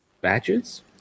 batches